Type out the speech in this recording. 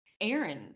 Aaron